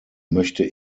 möchte